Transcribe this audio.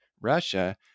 Russia